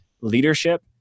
leadership